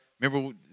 Remember